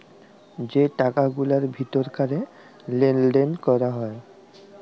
যে টাকা গুলার ভিতর ক্যরে লেলদেল ক্যরা হ্যয়